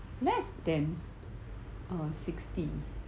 less than sixty